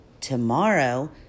Tomorrow